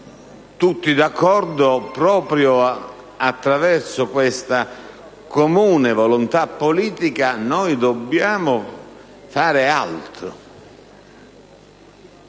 tutti d'accordo: proprio attraverso questa comune volontà politica noi dobbiamo fare altro.